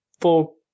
four